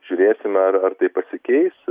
žiūrėsime ar ar tai pasikeis